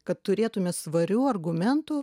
kad turėtume svarių argumentų